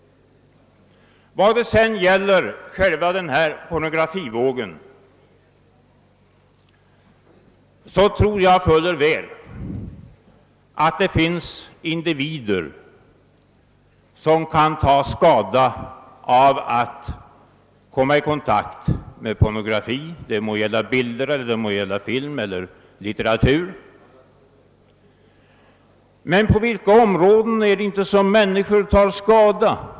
Vad sedan gäller själva pornografivågen tror jag fuller väl att det finns individer som kan ta skada av att komma i kontakt med pornografi, det må gälla bilder, film eller litteratur. Men på vilka områden är det inte som människor tar skada?